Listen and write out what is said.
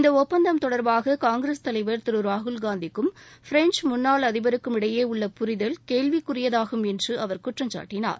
இந்த ஒப்பந்தம் தொடர்பாக காங்கிரஸ் தலைவர் திரு ராகுல் காந்திக்கும் பிரெஞ்ச் முன்னாள் அதிபருக்கும் இடையே உள்ள புரிதல் கேள்விக்குரியதாகும் என்று அவர் குற்றம் சாட்டினார்